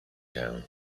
town